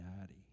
daddy